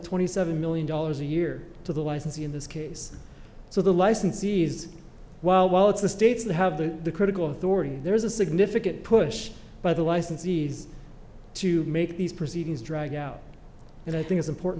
twenty seven million dollars a year to the licensee in this case so the licensees well well it's the states that have the critical of the wording there is a significant push by the licensees to make these proceedings drag out and i think it's important